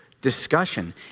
discussion